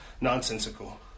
nonsensical